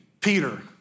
Peter